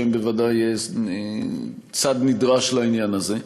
שהם ודאי צד נדרש לעניין הזה,